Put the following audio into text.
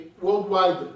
worldwide